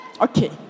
Okay